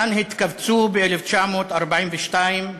כאן התקבצו, ב-1942,